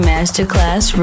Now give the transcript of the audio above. Masterclass